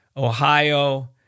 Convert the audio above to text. Ohio